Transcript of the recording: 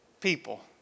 people